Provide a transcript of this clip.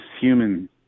human